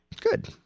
Good